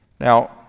Now